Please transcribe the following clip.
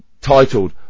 titled